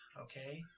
Okay